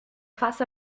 face